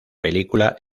película